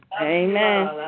Amen